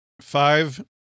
five